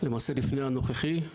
למעשה לפני הנוכחי.